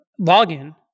login